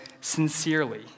sincerely